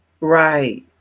Right